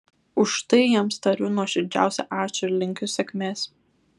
už tai jiems tariu nuoširdžiausią ačiū ir linkiu sėkmės